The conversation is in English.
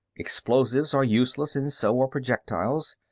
explosives are useless and so are projectiles.